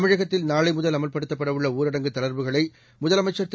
தமிழகத்தில்நாளைமுதல்அமல்படுத்தப்படஉள்ளஊரட ங்குதளர்வுகளைமுதலமைச்சர்திரு